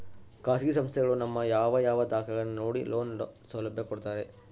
ಖಾಸಗಿ ಸಂಸ್ಥೆಗಳು ನಮ್ಮ ಯಾವ ಯಾವ ದಾಖಲೆಗಳನ್ನು ನೋಡಿ ಲೋನ್ ಸೌಲಭ್ಯ ಕೊಡ್ತಾರೆ?